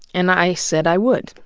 and i said i would.